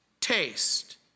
Taste